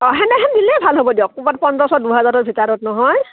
অঁ সেনেহেনিলেই ভাল হ'ব দিয়ক ক'বাত পোধৰশ দুহাজাৰৰ ভিতৰত নহয়